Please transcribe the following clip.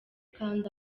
kanda